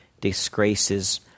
disgraces